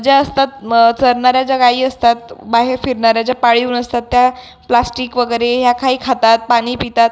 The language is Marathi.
जे असतात म चरणाऱ्या ज्या गायी असतात बाहेर फिरणाऱ्या ज्या पाळीव नसतात त्या प्लास्टिक वगैरे ह्या काही खातात पाणी पितात